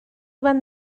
van